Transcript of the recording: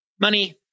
money